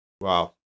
Wow